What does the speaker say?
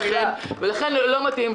ולכן, לא מתאים.